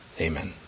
Amen